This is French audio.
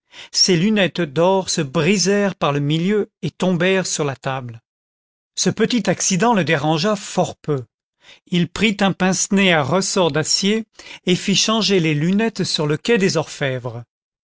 ses lunettes d'or se brisèrent par le milieu et tombèrent sur la table ce petit accident le dérangea fort peu il prit un pince nez à ressort d'acier et fit changer les lunettes sur le quai des orfèvres